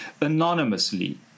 anonymously